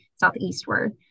southeastward